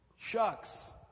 Shucks